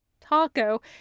Taco